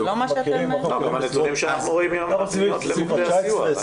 זה לא מה שאתם --- גם הנתונים שאנחנו רואים מהפניות למוקדי הסיוע.